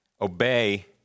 obey